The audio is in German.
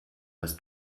das